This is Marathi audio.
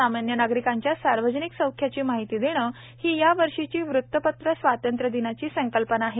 सामान्यनागरिकांच्यासार्वजनिकसौख्याचीमाहितीदेणहीयावर्षीचीवृतपत्रस्वातंत्र्यदिनाचीसंकल्पनाआहे